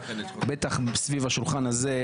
בטח סביב השולחן הזה,